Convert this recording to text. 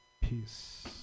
Peace